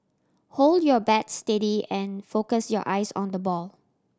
hold your bat steady and focus your eyes on the ball